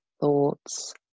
thoughts